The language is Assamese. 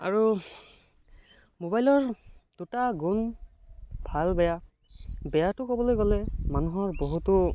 আৰু মোবাইলৰ দুটা গুণ ভাল বেয়া বেয়াটো ক'বলৈ গ'লে মানুহৰ বহুতো